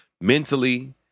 mentally